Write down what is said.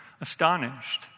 astonished